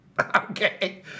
Okay